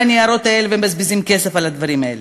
הניירות האלה ומבזבזים כסף על הדברים האלה.